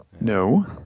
No